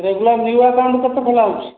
regular new account କେତେ ଖୋଲା ହେଉଛି